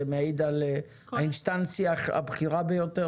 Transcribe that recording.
זה מעיד על האינסטנציה הבכירה ביותר